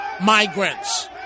migrants